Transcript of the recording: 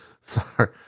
Sorry